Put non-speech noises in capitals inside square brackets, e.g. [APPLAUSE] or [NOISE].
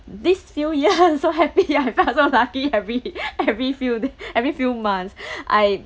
this few years [LAUGHS] so happy I felt so lucky every [LAUGHS] every few day every few months [BREATH] I